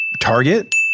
Target